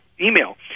email